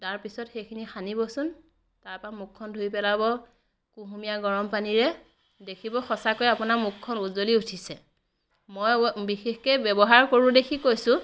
তাপিছত সেইখিনি সানিবচোন তাৰ পৰা মুখখন ধুই পেলাব কুহুমীয়া গৰম পানীৰে দেখিব সঁচাকৈ আপোনাৰ মুখখন উজ্বলি উঠিছে মই বিশেষকৈ ব্য়ৱহাৰ কৰোঁ দেখি কৈছোঁ